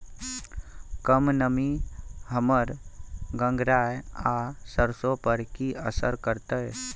कम नमी हमर गंगराय आ सरसो पर की असर करतै?